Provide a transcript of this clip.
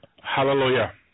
Hallelujah